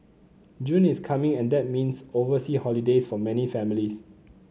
June is coming and that means oversea holidays for many families